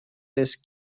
this